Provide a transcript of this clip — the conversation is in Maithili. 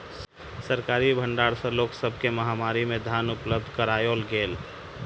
सरकारी भण्डार सॅ लोक सब के महामारी में धान उपलब्ध कराओल गेल